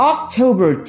October